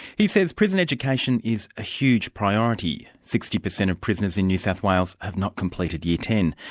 he says prisoner education is a huge priority. sixty per cent of prisoners in new south wales have not completed year ten.